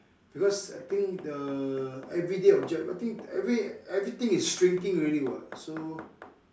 because I think the everyday object I think every everything is shrinking already what so